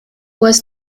was